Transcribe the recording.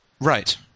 right